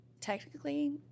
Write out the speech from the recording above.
technically